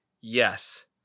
yes